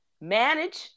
manage